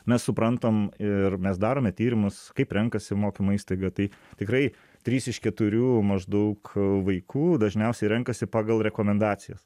mes suprantam ir mes darome tyrimus kaip renkasi mokymo įstaigą tai tikrai trys iš keturių maždaug vaikų dažniausiai renkasi pagal rekomendacijas